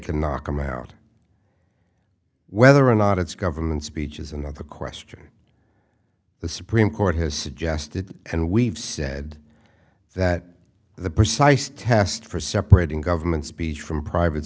can knock him out whether or not it's government speech is another question the supreme court has suggested and we've said that the precise test for separating government speech from private